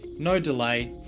no delay,